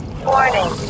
Warning